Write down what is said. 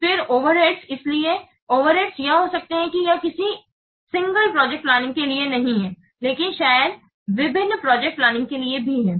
फिर ओवरहेड्स इसलिए ओवरहेड्स यह हो सकता है कि यह किसी एकल प्रोजेक्ट प्लानिंग के लिए नहीं है लेकिन शायद विभिन्न प्रोजेक्ट प्लानिंग के लिए भी है